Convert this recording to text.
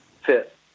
fit